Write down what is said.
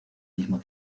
mismo